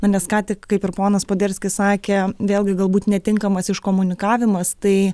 na nes ką tik kaip ir ponas poderskis sakė vėlgi galbūt netinkamas iškomunikavimas tai